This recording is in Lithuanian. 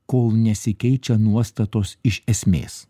kol nesikeičia nuostatos iš esmės